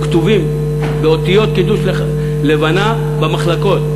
הן כתובות באותיות קידוש לבנה במחלקות.